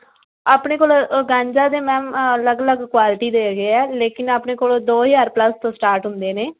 ਆਪਣੇ ਕੋਲ ਔਰਗਾਂਜਾ ਦੇ ਮੈਮ ਅਲੱਗ ਅਲੱਗ ਕੁਆਲਿਟੀ ਦੇ ਹੈਗੇ ਆ ਲੇਕਿਨ ਆਪਣੇ ਕੋਲ ਦੋ ਹਜ਼ਾਰ ਪਲੱਸ ਤੋਂ ਸਟਾਰਟ ਹੁੰਦੇ ਨੇ